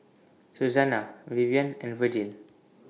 Suzanna Vivian and Vergil